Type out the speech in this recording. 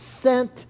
sent